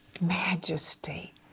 majesty